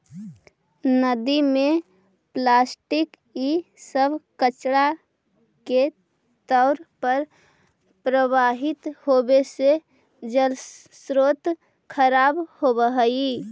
नदि में प्लास्टिक इ सब कचड़ा के तौर पर प्रवाहित होवे से जलस्रोत खराब होइत हई